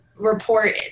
report